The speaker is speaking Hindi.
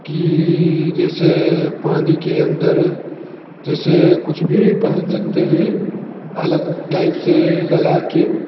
कि जैसे पानी के अंदर जैसे कुछ भी पहन सकते हैं अलग टाइप से लगा के